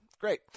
Great